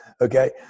okay